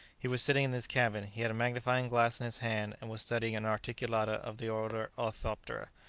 he was sitting in his cabin he had a magnifying-glass in his hand and was studying an articulata of the order orthoptera,